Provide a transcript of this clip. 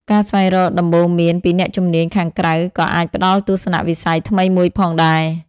ការស្វែងរកដំបូន្មានពីអ្នកជំនាញខាងក្រៅក៏អាចផ្ដល់ទស្សនៈវិស័យថ្មីមួយផងដែរ។